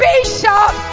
Bishop